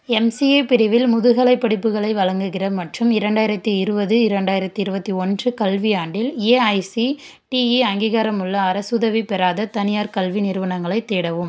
MCA பிரிவில் முதுகலைப் படிப்புகளை வழங்குகிற மற்றும் இரண்டாயிரத்து இருபது இரண்டாயிரத்து இருபத்தி ஒன்று கல்வியாண்டில் ஏஐசிடிஇ அங்கீகாரமுள்ள அரசுதவி பெறாத தனியார் கல்வி நிறுவனங்களைத் தேடவும்